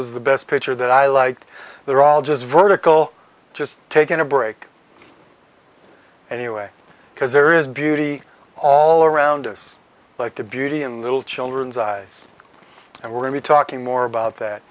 was the best picture that i liked they're all just vertical just taking a break anyway because there is beauty all around us like the beauty and little children's eyes and we're going to talking more about that